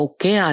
Okay